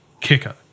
kicker